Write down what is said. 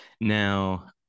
Now